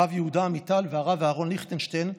הרב יהודה עמיטל והרב אהרון ליכטנשטיין,